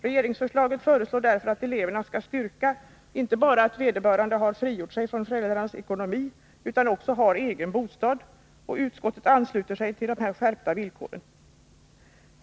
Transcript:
Regeringen föreslår därför att eleverna skall styrka inte bara att de har frigjort sig från föräldrarnas ekonomi utan också att de har egen bostad, och utskottet ansluter sig till de här skärpta villkoren.